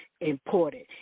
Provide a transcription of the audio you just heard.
important